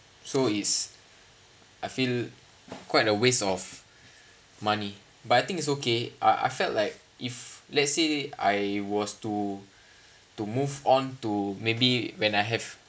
so is I feel quite a waste of money but I think is okay I I felt like if let's say I was to to move on to maybe when I have